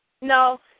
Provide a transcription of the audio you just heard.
No